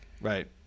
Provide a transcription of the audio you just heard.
Right